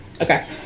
okay